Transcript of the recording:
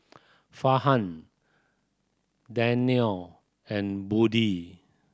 Farhan Danial and Budi